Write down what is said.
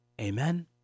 Amen